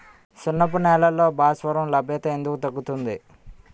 సున్నపు నేలల్లో భాస్వరం లభ్యత ఎందుకు తగ్గుతుంది?